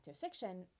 fiction